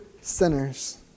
sinners